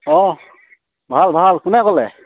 অঁ ভাল ভাল কোনে ক'লে